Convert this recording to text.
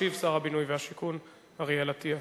ישיב שר הבינוי והשיכון אריאל אטיאס.